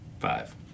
Five